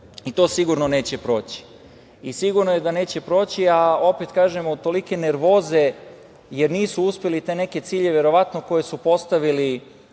to sigurno neće proći. Sigurno je da neće proći, a opet kažemo, tolike nervoze, jer nisu uspeli te neke ciljeve, verovatno koje su postavili